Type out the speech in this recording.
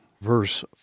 verse